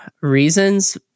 reasons